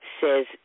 says